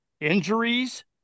Injuries